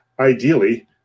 Ideally